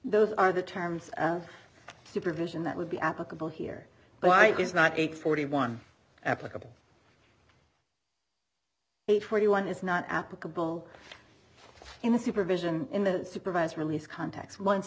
those are the terms of supervision that would be applicable here but why is not eight forty one applicable eight forty one is not applicable in the supervision in the supervised release contacts on